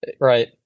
Right